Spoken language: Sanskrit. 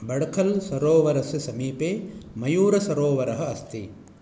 बड्खल् सरोवरस्य समीपे मयूरसरोवरः अस्ति